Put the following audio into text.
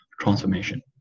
transformation